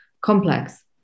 complex